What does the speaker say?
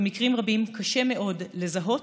במקרים רבים קשה מאוד לזהות,